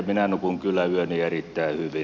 minä nukun kyllä yöni erittäin hyvin